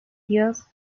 dios